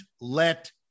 let